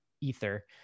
Ether